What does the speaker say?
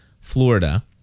Florida